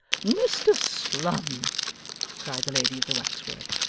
mr slum cried the lady of the wax-work.